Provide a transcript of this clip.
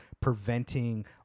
preventing